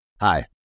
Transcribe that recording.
Hi